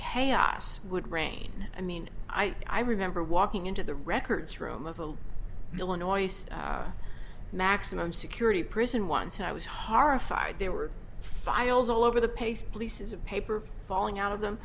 chaos would rain i mean i remember walking into the records room of a illinois maximum security prison once and i was horrified they were files all over the pace polices of paper falling out of them